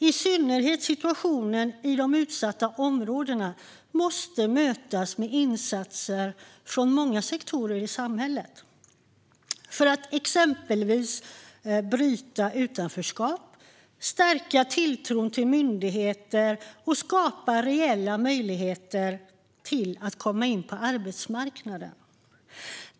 I synnerhet situationen i de utsatta områdena måste mötas med insatser från många sektorer i samhället, för att exempelvis bryta utanförskap, stärka tilltron till myndigheter och skapa reella möjligheter för att komma in på arbetsmarknaden.